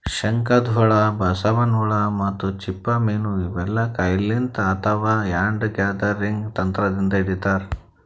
ಶಂಕದ್ಹುಳ, ಬಸವನ್ ಹುಳ ಮತ್ತ್ ಚಿಪ್ಪ ಮೀನ್ ಇವೆಲ್ಲಾ ಕೈಲಿಂತ್ ಅಥವಾ ಹ್ಯಾಂಡ್ ಗ್ಯಾದರಿಂಗ್ ತಂತ್ರದಿಂದ್ ಹಿಡಿತಾರ್